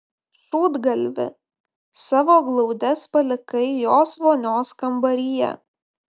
šūdgalvi savo glaudes palikai jos vonios kambaryje